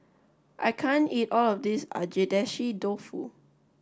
I can't eat all of this Agedashi Dofu